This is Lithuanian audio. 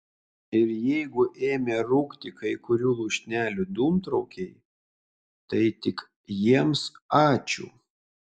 ir jeigu ėmė rūkti kai kurių lūšnelių dūmtraukiai tai tik jiems ačiū